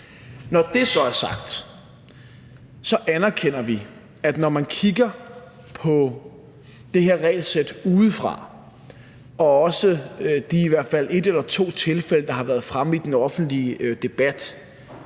Når det så er sagt, anerkender vi, at når man kigger på det her regelsæt udefra og også de i hvert fald et eller to tilfælde, der har været fremme i den offentlige debat,